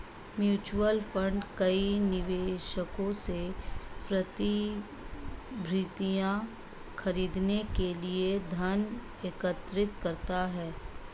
mutual fund कई निवेशकों से प्रतिभूतियां खरीदने के लिए धन एकत्र करता है